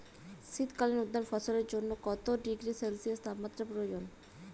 শীত কালীন উদ্যান ফসলের জন্য কত ডিগ্রী সেলসিয়াস তাপমাত্রা প্রয়োজন?